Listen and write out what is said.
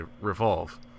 revolve